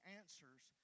answers